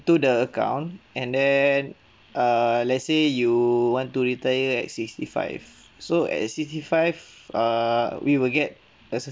into the account and then err let's say you want to retire at sixty five so at sixty five err we will get a cer~